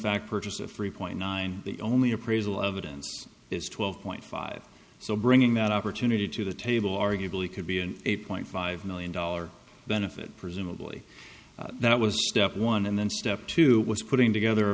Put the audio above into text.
fact purchase a three point nine the only appraisal evidence is twelve point five so bringing that opportunity to the table arguably could be an eight point five million dollars benefit presumably that was step one and then step two was putting together a